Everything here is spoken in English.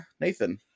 Nathan